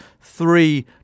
three